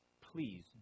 Please